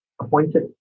appointed